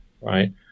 right